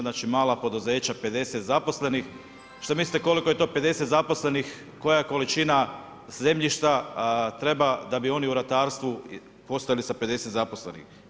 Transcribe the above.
Znači mala poduzeća 50 zaposlenih, šta mislite koliko je 50 zaposlenih koja je količina zemljišta treba da bi oni u ratarstvu postali sa 50 zaposlenih.